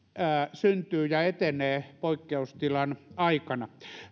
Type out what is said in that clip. syntyvät ja etenevät poikkeustilan aikana